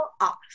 off